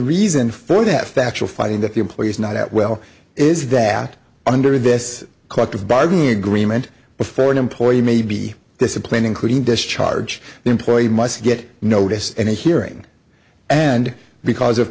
reason for that factual finding that the employee is not that well is that under this collective bargaining agreement before an employee may be disciplined including discharge the employee must get notice and hearing and because of